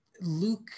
luke